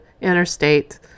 interstate